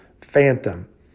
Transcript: Phantom